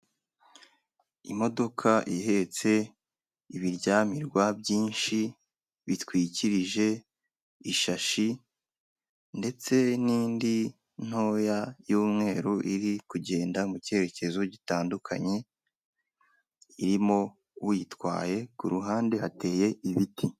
Imodoka ihetse ibiryamirwa byinshi bitwikirije ishashi, ndetse n'indi ntoya y'umweru iri kugenda mu cyerekezo gitandukanye, irimo uyitwaye, ku ruhande hateye ibiti.